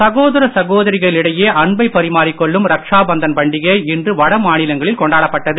சகோதர சகோதரிகளிடையே அன்பை பரிமாறிக் கொள்ளும் ரக் ஷா பந்தன் பண்டிகை இன்று வட மாநிலங்களில் கொண்டாடப்பட்டது